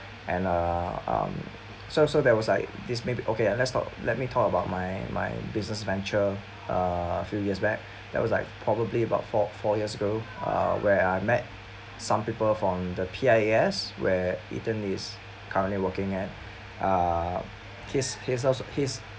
and uh um so so there was like this maybe okay let's talk let me talk about my my business venture uh a few years back that was like probably about four four years ago uh where I met some people from the P_I_A_S where ethan is currently working at uh he's he's also his